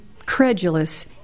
credulous